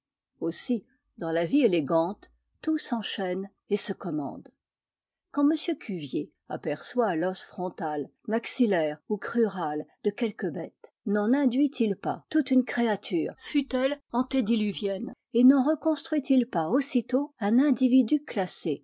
aussi dans la vie élégante tout s'enchaîne et se commande quand m cuvier aperçoit l'os frontal maxillaire ou crural de quelque bête n'en induit il pas toute une créature fût-elle antédiluvienne et n'en reconstruit il pas aussitôt un individu classé